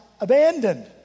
abandoned